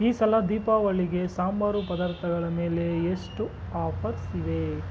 ಈ ಸಲ ದೀಪಾವಳಿಗೆ ಸಾಂಬಾರು ಪದಾರ್ಥಗಳ ಮೇಲೆ ಎಷ್ಟು ಆಫರ್ಸ್ ಇವೆ